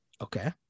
Okay